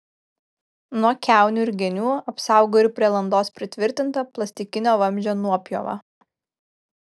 nuo kiaunių ir genių apsaugo ir prie landos pritvirtinta plastikinio vamzdžio nuopjova